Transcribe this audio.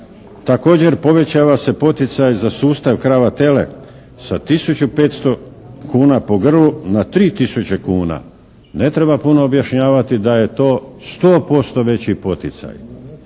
Također, povećava se poticaj za sustav krava-tele sa tisuću 500 kuna po grlu na 3 tisuće kuna. Ne treba puno objašnjavati da je to sto posto veći poticaj,